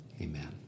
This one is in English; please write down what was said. Amen